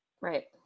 Right